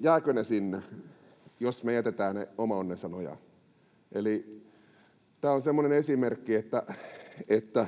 jäävätkö he sinne, jätämmekö me heidät oman onnensa nojaan. Eli tämä on semmoinen esimerkki, että